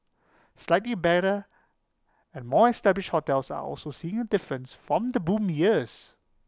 slightly better and more established hotels are also seeing A difference from the boom years